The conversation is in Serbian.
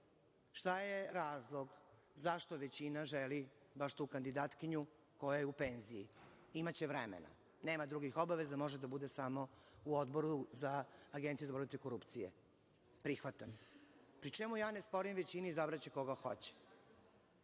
šta je razlog zašto većina želi baš tu kandidatkinju koja je u penziji. Imaće vremena, nema drugih obaveza može da bude samo u Odboru za Agenciju za borbu protiv korupcije. Prihvatam, pri čemu ja ne sporim većini, izabraće koga hoće,